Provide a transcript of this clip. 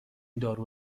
دارو